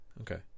okay